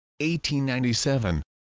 1897